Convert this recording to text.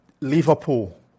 Liverpool